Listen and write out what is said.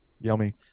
Yummy